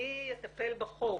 על מי יטפל בחוק.